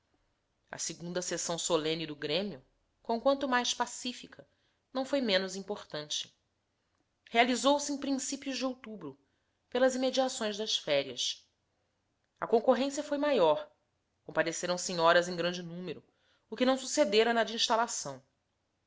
a segunda sessão solene do grêmio conquanto mais pacifica não foi menos importante realizou se em princípios de outubro pelas imediações das férias a concorrência foi maior compareceram senhoras em grande número o que não sucedera na de instalação